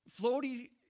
floaty